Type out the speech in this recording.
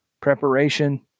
preparation